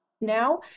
now